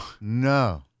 No